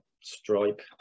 stripe